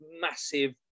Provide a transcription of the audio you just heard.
massive